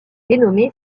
dénommé